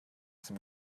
some